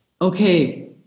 okay